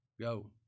Go